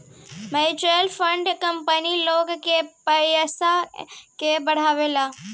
mutual fund company लोग के पयिसा के बढ़ावेला